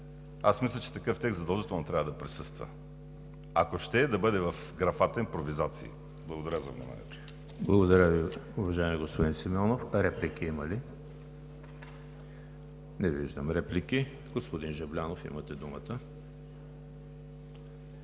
Мисля, че такъв текст задължително трябва да присъства, ако ще и да бъде в графата „импровизации“. Благодаря за вниманието. ПРЕДСЕДАТЕЛ ЕМИЛ ХРИСТОВ: Благодаря Ви, уважаеми господин Симеонов. Реплики има ли? Не виждам. Господин Жаблянов, имате думата.